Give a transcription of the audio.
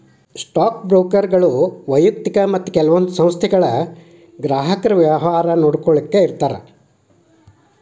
stock ಬ್ರೋಕರ್ಗಳು ವ್ಯಯಕ್ತಿಕ ಮತ್ತ ಕೆಲವೊಂದ್ ಸಂಸ್ಥೆಗಳ ಗ್ರಾಹಕರ ವ್ಯವಹಾರ ನೋಡ್ಕೊಳ್ಳಾಕ ಇರ್ತಾರ